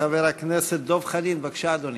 חבר הכנסת דב חנין, בבקשה, אדוני.